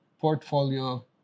portfolio